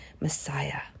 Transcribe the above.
Messiah